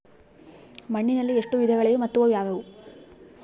ಮಣ್ಣಿನಲ್ಲಿ ಎಷ್ಟು ವಿಧಗಳಿವೆ ಮತ್ತು ಅವು ಯಾವುವು?